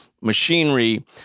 machinery